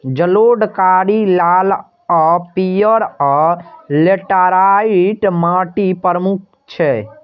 जलोढ़, कारी, लाल आ पीयर, आ लेटराइट माटि प्रमुख छै